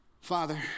father